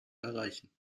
erreichen